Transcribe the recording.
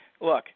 look